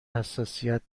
حساسیت